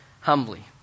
humbly